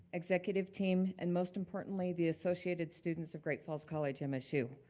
executive team, and most importantly, the associated students of great falls college and msu.